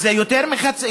אז זה יותר מחצי,